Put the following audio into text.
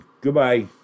Goodbye